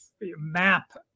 map